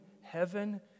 heaven